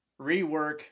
rework